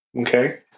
Okay